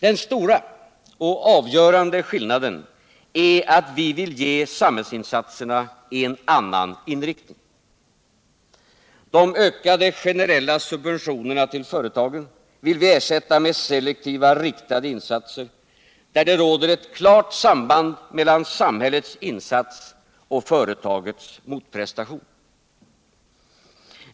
Den stora och avgörande skillnaden är att vi vill ge samhällsinsatserna en annan inriktning. De ökade generella subventionerna till företagen vill vi ersätta med selektiva, riktade insatser, där det råder ett klart samband mellan samhällets insats och företagens motprestation.